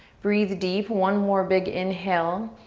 breathe deep, one more big inhale.